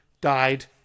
died